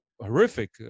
horrific